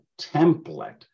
template